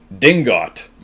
Dingot